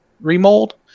remold